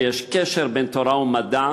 יש קשר בין תורה ומדע,